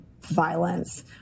violence